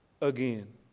again